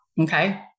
Okay